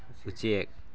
ꯎꯆꯦꯛ